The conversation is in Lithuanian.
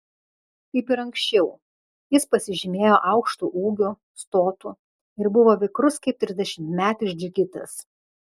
kaip ir anksčiau jis pasižymėjo aukštu ūgiu stotu ir buvo vikrus kaip trisdešimtmetis džigitas